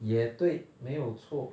也对没有错